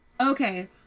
Okay